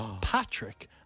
Patrick